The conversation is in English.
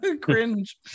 Cringe